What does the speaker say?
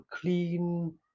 clean